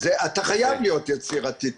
יעלה לו בתחבורה ציבורית 400,